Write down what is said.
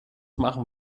machen